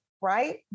right